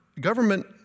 government